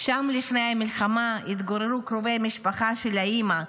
ששם לפני מלחמה התגוררו קרובי משפחה של האימא,